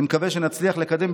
אני מקווה שנצליח לקדם,